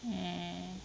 mm